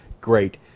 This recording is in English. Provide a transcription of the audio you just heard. great